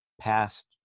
past